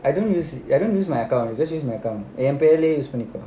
I don't use I don't use my account என் பேர்லயே:en perlayae use பண்ணிக்கோ:pannikko